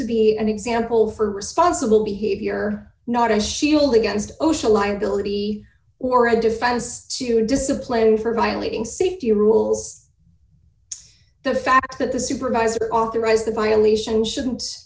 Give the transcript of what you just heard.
to be an example for responsible behavior not a shield against osha liability or a defense to discipline for violating safety rules the fact that the supervisor authorized the violation shouldn't